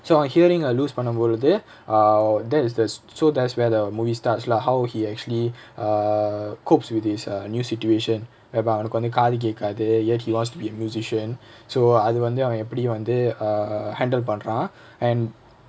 so அவ:ava hearing ah lose பண்ணும் பொழுது:pannum poluthu err there is there's so there's where the movie starts lah how he actually err copes with his uh new situation about அவனுக்கு வந்து காது கேக்காது:avanukku vanthu kaathu kekkaathu yet he wants to be a musician so அது வந்து அவ எப்டியும் வந்து:athu vanthu ava epdiyum vanthu err handle பண்றா:pandraa and